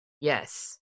Yes